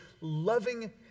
loving